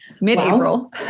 Mid-April